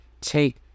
take